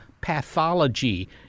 pathology